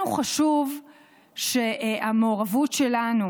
לנו חשוב שהמעורבות שלנו